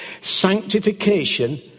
sanctification